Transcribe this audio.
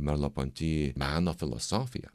merlo ponti meno filosofiją